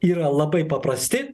yra labai paprasti